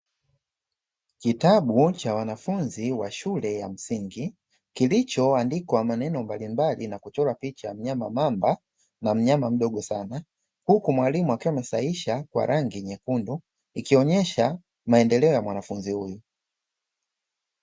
Kitabu cha wanafunzi wa shule ya msingi kilichoandikwa maneno mbalimbali na kuchorwa picha ya mnyama mamba na mnyama mdogo sana, huku mwalimu akiwa amesahisha kwa rangi nyekundu ikionyesha maendeleo ya mwanafunzi huyu.